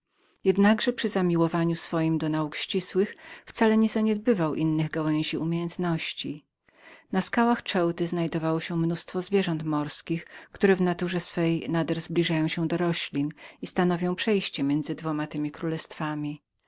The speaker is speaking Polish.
jednakowoż przy zamiłowaniu swojem do nauk ścisłych wcale nie zaniedbywał innych gałęzi umiejętności na skałach ceuty znajdowało się mnóstwo zwierząt morskich które w naturze swej nader zbliżają się do roślin i stanowią przejście między dwoma temi królestwami mój